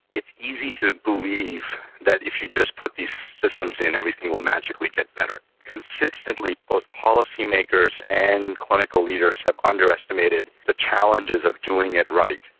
it's easy to believe that if you just put these systems in everything will match and will get better. consistently both policy makers and clinical leaders have underestimated the challenges of doing it right,